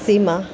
सीमा